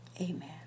Amen